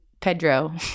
Pedro